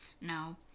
No